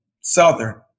Southern